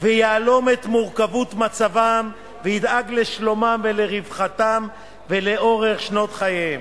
ויהלום את מורכבות מצבם וידאג לשלומם ולרווחתם לאורך שנות חייהם.